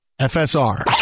FSR